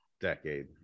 decade